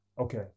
okay